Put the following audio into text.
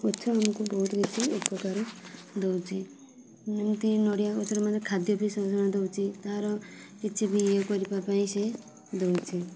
ଗଛ ଆମକୁ ବହୁତ କିଛି ଉପକାର ଦେଉଛି ଯେମିତି ନଡ଼ିଆଗଛରୁ ମାନେ ଖାଦ୍ୟ ବି ଦେଉଛି ତା'ର କିଛି ବି ଇଏ କରିବାପାଇଁ ସିଏ ଦେଉଛି